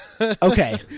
Okay